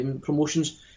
promotions